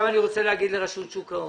אני רוצה לומר לרשות שוק ההון.